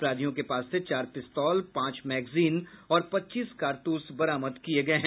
अपराधियों के पास से चार पिस्तौल पांच मैगजीन और पच्चीस कारतूस बरामद किये गये हैं